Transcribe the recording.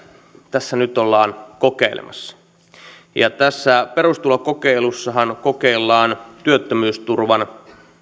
tässä nyt ollaan kokeilemassa tässä perustulokokeilussahan kokeillaan työttömyysturvan